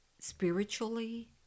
spiritually